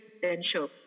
potential